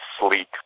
sleek